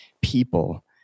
people